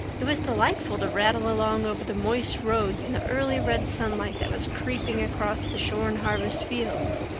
it was delightful to rattle along over the moist roads in the early red sunlight that was creeping across the shorn harvest fields.